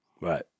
Right